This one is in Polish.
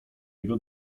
jego